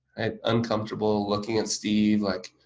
and uncomfortable looking at steve like,